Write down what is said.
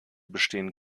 bestehen